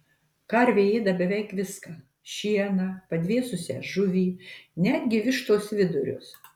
karvė ėda beveik viską šieną padvėsusią žuvį netgi vištos vidurius